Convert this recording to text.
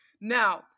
Now